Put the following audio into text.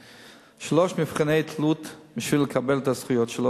ושלושה מבחני תלות בשביל לקבל את הזכויות שלו,